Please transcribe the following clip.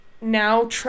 now-